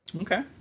okay